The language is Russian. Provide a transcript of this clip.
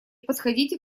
подходите